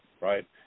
right